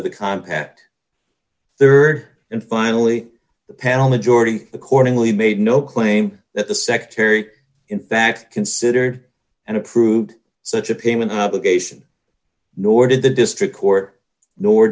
of the compact rd and finally the panel majority accordingly made no claim that the secretary in fact considered and approved such a payment obligation nor did the district court nor